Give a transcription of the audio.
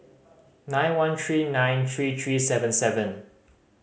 nine one three nine three three seven seven